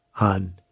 on